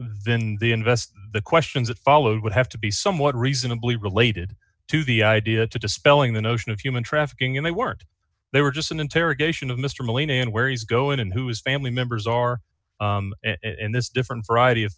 then the invest the questions that followed would have to be somewhat reasonably related to the idea to dispelling the notion of human trafficking and they weren't they were just an interrogation of mr molina and where he's going and who is family members are and this different variety of